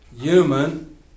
human